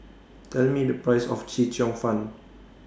Tell Me The Price of Chee Cheong Fun